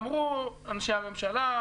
אמרו אנשי הממשלה,